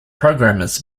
programmers